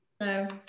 No